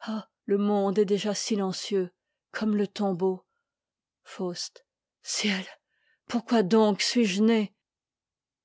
ah le monde est déjà silencieux comme i le tombeau ciel pourquoi donc suis-je né